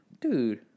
dude